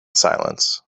silence